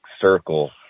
circle